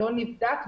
לא נבדק,